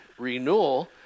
Renewal